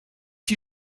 die